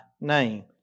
name